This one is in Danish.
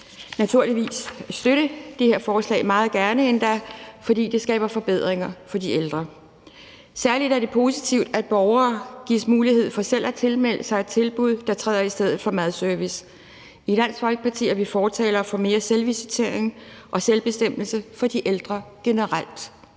naturligvis også støtte det her forslag, endda meget gerne, fordi det skaber forbedringer for de ældre. Særlig er det positivt, at borgere gives en mulighed for selv at tilmelde sig et tilbud, der træder i stedet for madservice. I Dansk Folkeparti er vi fortalere for mere selvvisitering og selvbestemmelse for de ældre generelt.